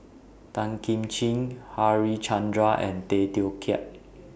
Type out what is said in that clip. Tan Kim Ching Harichandra and Tay Teow Kiat